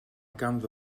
ganddo